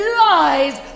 lies